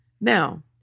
Now